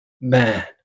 man